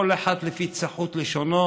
כל אחד לפי צחות לשונו,